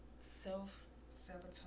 self-sabotage